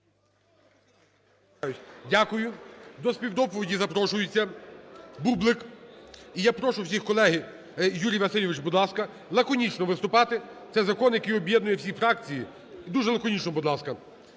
Дякую. До співдоповіді запрошується Бублик. І я прошу всіх, колеги, Юрій Васильович, будь ласка, лаконічно виступати. Це закон, який об'єднує всі фракції, дуже лаконічно, будь ласка.